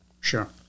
Sure